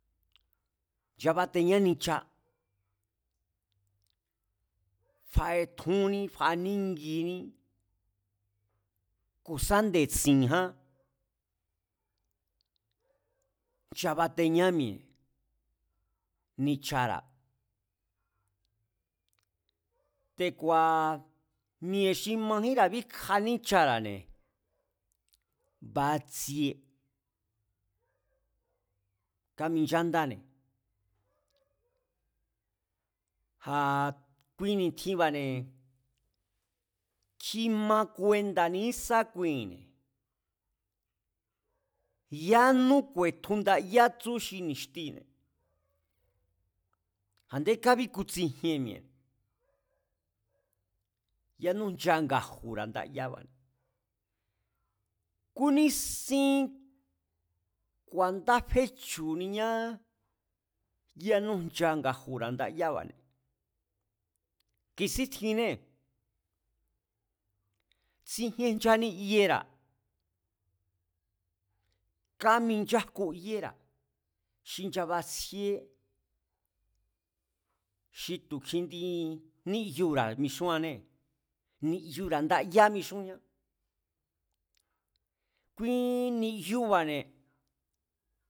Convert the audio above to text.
Nchabateñá nicha, faetjúnní fanínginí ku̱ sá nde̱tsi̱jánchabateñá mi̱e̱, nichara̱, te̱kua̱ mi̱e̱ xi majínra- bíkja níchara̱ne̱ batsie, kaminchandáne̱, a̱ kui ni̱tjinba̱ne̱ kjima kuenda̱ ni̱ísákuine̱, yánú ku̱e̱tju ndaya tsú xi ni̱xtine̱ a-nde kabíkutsijíen mi̱e̱ yanú ncha nga̱ju̱ra̱ ndayába̱, kúnísín ku̱a̱ndá fechu̱niñá yánú ncha nga̱ju̱ra̱ ndayába̱ne̱. Ki̱sín tjinée̱, tsijien nchani yera̱, káminchájku yéra̱ xi nchabatsjíé xi tu̱ kjindi níyura̱ mixúannee̱, ni̱jyura̱ ndayá mixúñá, kui ni̱yuba̱ne̱